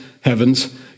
heavens